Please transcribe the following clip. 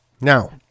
Now